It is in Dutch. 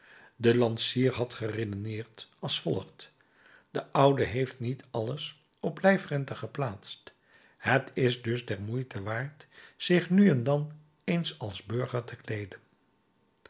de lansier had geredeneerd als volgt de oude heeft niet alles op lijfrente geplaatst het is dus der moeite waard zich nu en dan eens als burger te kleeden